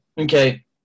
okay